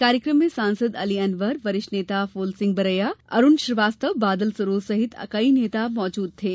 कार्यक्रम में सांसद अली अनवर वरिष्ठ नेता फूलसिंह बरैया अरूण श्रीवास्तव बादल सरोज सहित कई नेता मौजूद थे